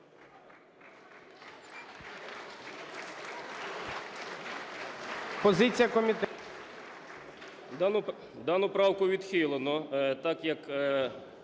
Дану правку відхилено, так як